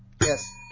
Yes